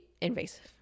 invasive